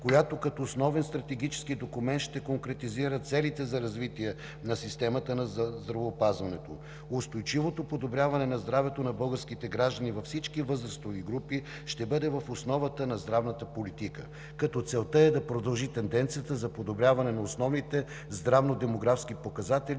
която като основен стратегически документ ще конкретизира целите за развитие на системата на здравеопазването. Устойчивото подобряване на здравето на българските граждани във всички възрастови групи ще бъде в основата на здравната политика, като целта е да продължи тенденцията за подобряване на основните здравно-демографски показатели